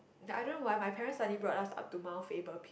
that I don't know why my parents suddenly brought us up to Mount Faber Peak